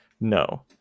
No